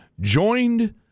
joined